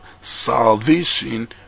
salvation